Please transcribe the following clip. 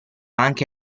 anche